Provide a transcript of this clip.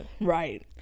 right